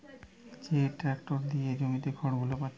যে ট্যাক্টর দিয়ে জমিতে খড়গুলো পাচ্ছে